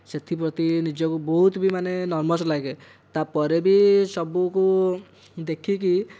ସେଥିପ୍ରତି ନିଜକୁ ବହୁତ ଭି ମାନେ ନର୍ଭସ୍ ଲାଗେ ତା'ପରେ ଭି ସବୁକୁ ଦେଖିକି